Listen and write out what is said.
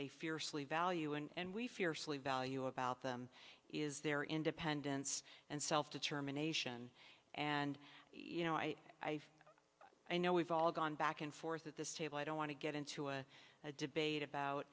they fiercely value and we fiercely value about them is their independence and self determination and you know i i know we've all gone back and forth at this table i don't want to get into a debate about